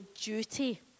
duty